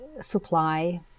supply